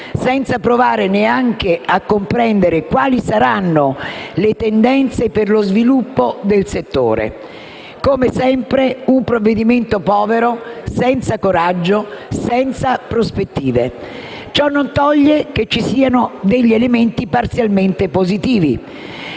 senza provare neanche a comprendere quali saranno le tendenze per lo sviluppo del settore. Come sempre, un provvedimento povero, senza coraggio, senza prospettive. Ciò non toglie che ci siano degli elementi parzialmente positivi.